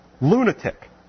Lunatic